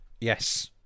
Yes